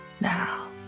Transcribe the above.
Now